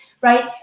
Right